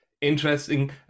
Interesting